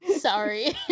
sorry